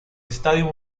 estadio